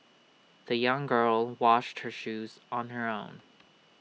the young girl washed her shoes on her own